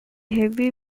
heavy